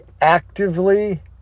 actively